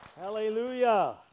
Hallelujah